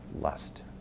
lust